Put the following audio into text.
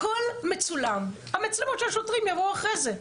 הכול מצולם, המצלמות של השוטרים יבואו אחרי זה,